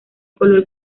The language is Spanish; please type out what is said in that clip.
color